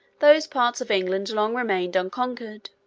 those parts of england long remained unconquered.